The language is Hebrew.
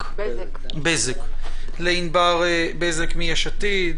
בזק מיש עתיד